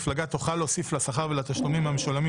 מפלגה תוכל להוסיף לשכר ולתשלומים המשולמים